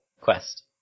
Quest